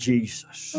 Jesus